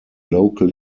local